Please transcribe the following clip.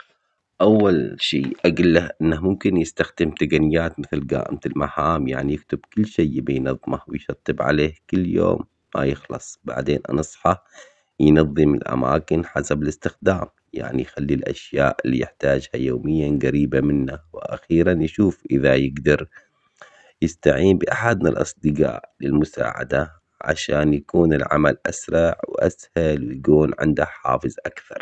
اول شي اقول له انه ممكن يستخدم تقنيات مثل مثل المهام يعني يكتب كل شي يبي ينظمه ويشطب عليه كل يوم ما يخلص بعدين انا اصحى ينضم الاماكن حسب الاستخدام يعني يخلي الاشياء اللي يحتاجها يوميا قريبة منه واخيرا يشوف اذا يقدر يستعين باحد من الاصدقاء للمساعدة عشان يكون العمل اسرع واسهل ويكون عنده حافز اكثر